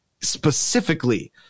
specifically